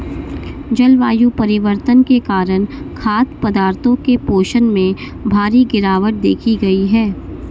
जलवायु परिवर्तन के कारण खाद्य पदार्थों के पोषण में भारी गिरवाट देखी गयी है